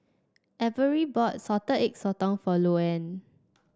Averie bought Salted Egg Sotong for Louann